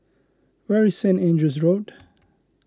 where is Saint Andrew's Road